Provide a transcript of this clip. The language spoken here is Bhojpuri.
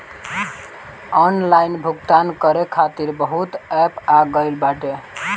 ऑनलाइन भुगतान करे खातिर बहुते एप्प आ गईल बाटे